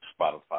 Spotify